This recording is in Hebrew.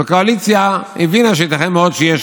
והקואליציה הבינה שייתכן מאוד שיש